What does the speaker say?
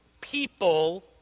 people